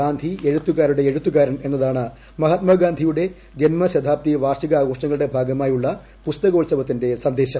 ഗാന്ധി എഴുത്തുകാരുടെ എഴുത്തുകാരൻ എന്നതാണ് മഹാത്മാഗാന്ധിയുടെ ജന്മശതാബ്ദി വാർഷികാഘോഷങ്ങളുടെ ഭാഗമായുള്ള പുസ്തകോത്സവത്തിന്റെ സന്ദേശം